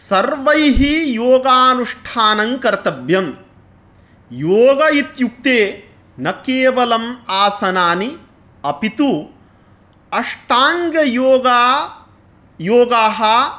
सर्वैः योगानुष्ठानं कर्तव्यं योगः इत्युक्ते न केवलम् आसनानि अपि तु अष्टाङ्गयोगाः योगाः